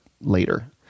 later